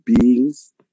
beings